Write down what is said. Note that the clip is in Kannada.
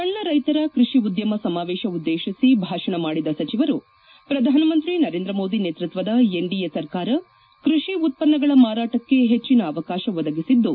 ಸಣ್ಣ ರೈತರ ಕ್ಬಷಿ ಉದ್ದಮ ಸಮಾವೇಶ ಉದ್ದೇಶಿಸಿ ಭಾಷಣ ಮಾಡಿದ ಸಚಿವರು ಪ್ರಧಾನಮಂತ್ರಿ ನರೇಂದ್ರ ಮೋದಿ ನೇತೃತ್ವದ ಎನ್ಡಿಎ ಸರ್ಕಾರ ಕೃಷಿ ಉತ್ಪನ್ನಗಳ ಮಾರಾಟಕ್ಕೆ ಹೆಚ್ಚಿನ ಅವಕಾಶ ಒದಗಿಸಿದ್ದು